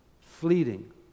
fleeting